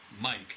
Mike